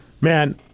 Man